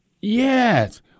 Yes